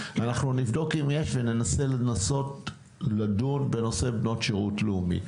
אנחנו נבדוק אם יש וננסה לנסות לדון בנושא בנות שירות לאומי.